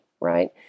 right